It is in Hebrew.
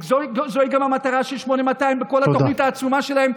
וזוהי גם המטרה של 8200 בכל התוכנית העצומה שלהם,